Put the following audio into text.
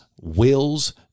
wills